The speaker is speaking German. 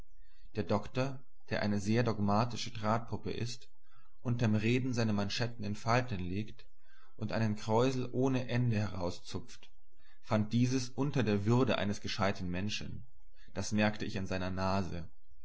der doktor der eine sehr dogmatische drahtpuppe ist unterm reden seine manschetten in falten legt und einen kräusel ohne ende herauszupft fand dieses unter der würde eines gescheiten menschen das merkte ich an seiner nase